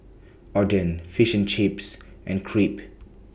Oden Fish and Chips and Crepe